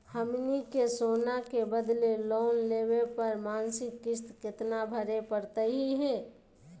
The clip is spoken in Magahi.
हमनी के सोना के बदले लोन लेवे पर मासिक किस्त केतना भरै परतही हे?